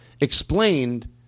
explained